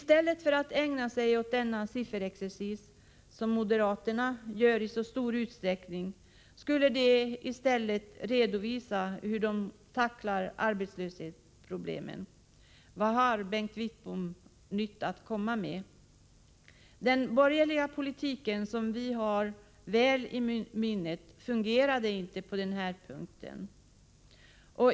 I stället för att ägna sig åt en sådan sifferexercis som moderaterna i så stor utsträckning gör skulle de redovisa hur de vill tackla arbetslöshetsproblemen. Vad har Bengt Wittbom för nytt att komma med? Den borgerliga politiken, som vi har i gott minne, fungerade inte på den här punkten.